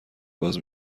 باز